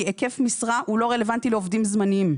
כי היקף משרה הוא לא רלוונטי לעובדים זמניים.